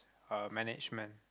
uh management